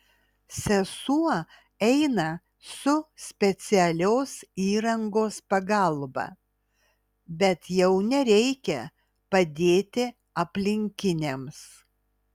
sesuo eina su specialios įrangos pagalba bet jau nereikia padėti aplinkiniams